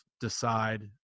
decide